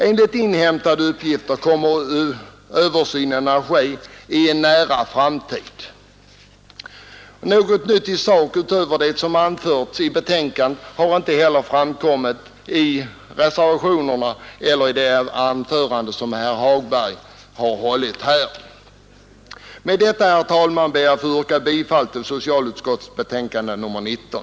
Enligt inhämtade uppgifter kommer översynen att ske i en nära framtid. Något nytt i sak utöver det som anförts i betänkandet har inte heller framkommit i reservationerna eller i det anförande som herr Hagberg har hållit här. Med det anförda ber jag, herr talman, att få yrka bifall till socialutskottets förslag i dess betänkande nr 19.